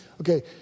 Okay